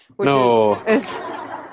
No